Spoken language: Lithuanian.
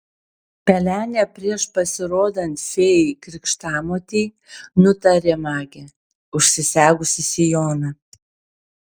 pelenė prieš pasirodant fėjai krikštamotei nutarė magė užsisegusi sijoną